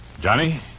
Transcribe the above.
Johnny